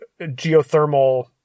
geothermal